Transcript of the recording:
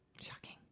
Shocking